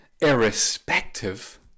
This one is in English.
irrespective